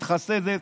מתחסדת.